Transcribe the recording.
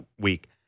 week